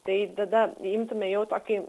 tai tada imtume jau tokį